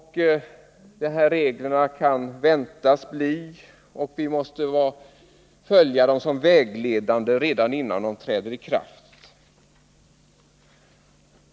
. Reglerna kan väntas bli REG Vi måste följa dem som vägledande redan innan de träder i kraft.